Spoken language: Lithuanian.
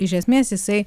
iš esmės jisai